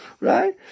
Right